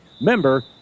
member